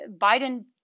Biden